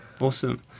Awesome